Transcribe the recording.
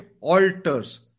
alters